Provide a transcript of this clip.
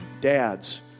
dads